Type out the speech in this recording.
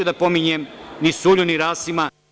Neću da pominjem ni Sulju, ni Rasima…